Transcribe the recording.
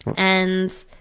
and,